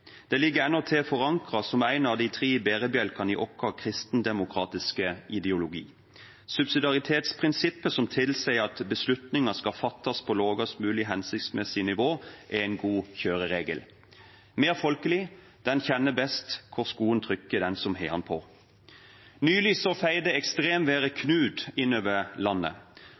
Det ligger endatil forankret som en av de tre bærebjelkene i vår kristendemokratiske ideologi. Subsidiaritetsprinsippet, som tilsier at beslutninger skal fattes på lavest mulig hensiktsmessige nivå, er en god kjøreregel. Mer folkelig: Den kjenner best hvor skoen trykker, den som har den på. Nylig feide ekstremværet «Knud» innover landet,